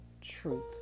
truth